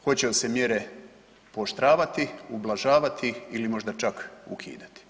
Hoće li se mjere pooštravati, ublažavati ili možda čak ukidati.